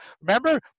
Remember